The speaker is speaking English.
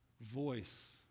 voice